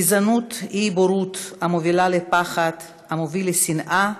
גזענות היא בורות המובילה לפחד, המוביל לשנאה,